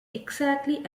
exactly